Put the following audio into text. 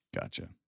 Gotcha